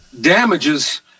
damages